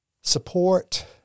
support